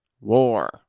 war